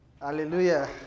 Hallelujah